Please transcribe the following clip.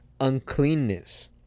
uncleanness